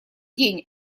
день